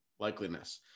likeliness